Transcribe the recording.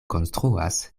konstruas